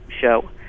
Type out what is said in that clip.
show